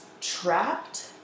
trapped